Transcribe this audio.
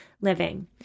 living